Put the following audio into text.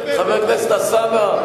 חבר הכנסת אלסאנע,